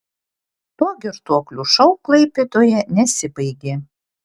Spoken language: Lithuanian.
tuo girtuoklių šou klaipėdoje nesibaigė